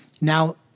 now